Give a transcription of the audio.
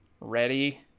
ready